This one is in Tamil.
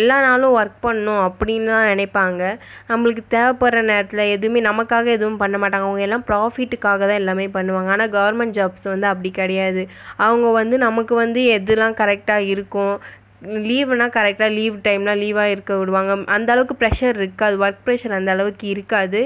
எல்லா நாளும் ஒர்க் பண்ணும் அப்படின்னு தான் நினைப்பாங்க நம்மளுக்கு தேவைப்பட்ற நேரத்தில் எதுவுமே நமக்காக எதுவும் பண்ண மாட்டாங்க அவங்க எல்லாம் ப்ராஃபிட்டுக்காக தான் எல்லாமே பண்ணுவாங்க ஆனால் கவர்மெண்ட் ஜாப்ஸ் வந்து அப்படி கிடையாது அவங்க வந்து நமக்கு வந்து எதெலாம் கரெக்டாக இருக்கும் லீவுனா கரெக்டாக லீவு டைம்லாம் லீவாக இருக்க விடுவாங்க அந்தளவுக்கு ப்ரெஷர் இருக்காது ஒர்க் ப்ரெஷர் அந்தளவுக்கு இருக்காது